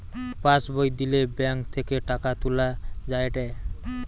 pass বই দিলে bank থেকে টাকা তুলা যায়েটে